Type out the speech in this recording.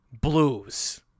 Blues